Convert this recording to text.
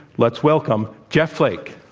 let's welcome jeff flake.